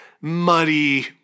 muddy